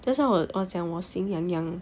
that's why 我我讲我心痒痒